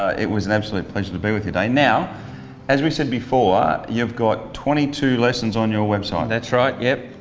it was an absolute pleasure to be with you today. now as we said before, you've got twenty-two lessons on your website. that's right, yep.